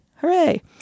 Hooray